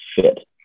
fit